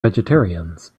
vegetarians